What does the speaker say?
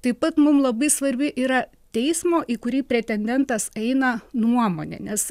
taip pat mum labai svarbi yra teismo į kurį pretendentas eina nuomonė nes